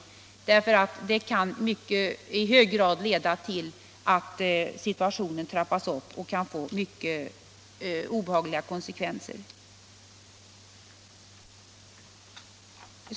En sådan kan nämligen leda till att situationen trappas upp och får mycket obehagliga konsekvenser.